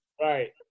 right